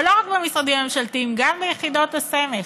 ולא רק במשרדים ממשלתיים, גם ביחידות הסמך.